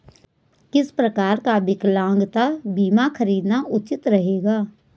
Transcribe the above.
किस प्रकार का विकलांगता बीमा खरीदना उचित रहेगा?